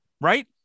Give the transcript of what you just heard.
Right